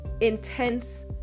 intense